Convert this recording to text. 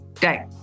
day